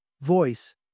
voice